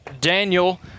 Daniel